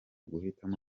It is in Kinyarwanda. guhitamo